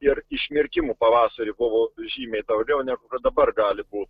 ir išmirkimų pavasarį buvo žymiai daugiau negu kad dabar gali būt